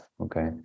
Okay